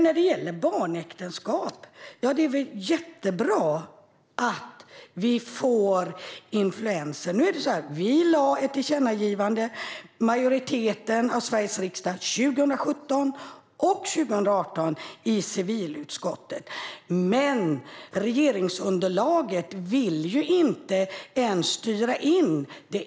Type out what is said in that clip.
När det gäller barnäktenskap är det jättebra att vi får influenser. Utskottsmajoriteten har gjort tillkännagivanden 2017 och 2018, men regeringsunderlaget vill inte ens styra in på det.